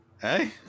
Hey